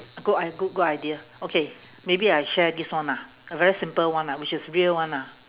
good i~ good good idea okay maybe I share this one ah a very simple one ah which is real one ah